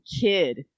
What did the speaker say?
kid